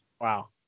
Wow